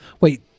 wait